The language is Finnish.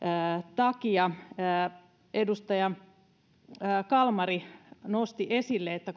takia edustaja kalmari nosti esille että